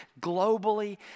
globally